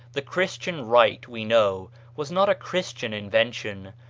the christian rite, we know, was not a christian invention,